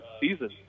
season